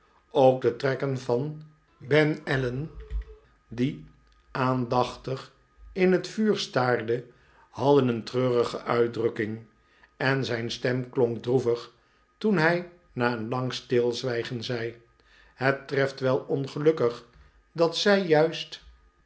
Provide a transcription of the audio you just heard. ook de trekken van ben allen die aandachtig in het vuur staarde hadden een treurige uitdrukking en zijn stem klonk droevig toen hij na een lang stilzwijgen zei het treft wel ongelukkig dat zij juist